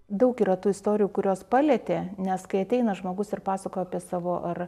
daug yra tų istorijų kurios palietė nes kai ateina žmogus ir pasakoja apie savo ar